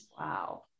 wow